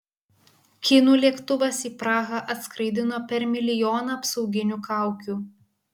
kinų lėktuvas į prahą atskraidino per milijoną apsauginių kaukių